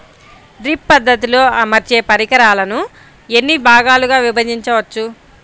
Drip పద్ధతిలో అమర్చే పరికరాలను ఎన్ని భాగాలుగా విభజించవచ్చు?